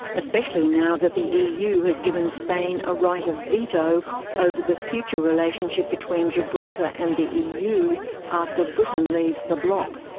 especially now that the eu has given spain a right of veto over the future relationship between gibraltar and the eu after britain leaves the bloc?